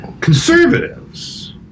Conservatives